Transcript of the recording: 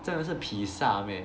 真的是比萨 meh